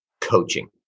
coaching